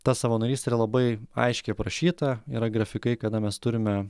ta savanorystė yra labai aiškiai aprašyta yra grafikai kada mes turime